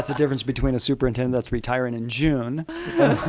ah difference between a superintend that's retiring in june